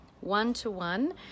one-to-one